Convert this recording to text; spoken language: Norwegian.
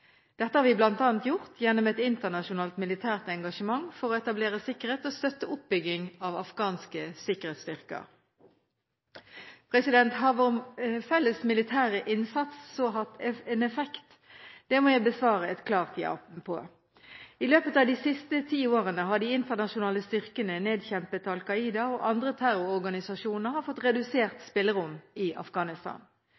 Dette har vi bl.a. gjort gjennom et internasjonalt militært engasjement for å etablere sikkerhet og for å støtte oppbygging av afghanske sikkerhetsstyrker. Har så vår felles militære innsats hatt en effekt? Det må jeg besvare med et klart ja. I løpet av de siste ti årene har de internasjonale styrkene nedkjempet al-Qaida, og andre terrororganisasjoner har fått redusert